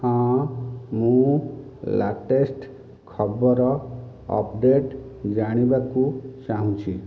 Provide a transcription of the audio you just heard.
ହଁ ମୁଁ ଲାଟେଷ୍ଟ୍ ଖବର ଅପ୍ଡେଟ୍ ଜାଣିବାକୁ ଚାହୁଁଛି